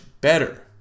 better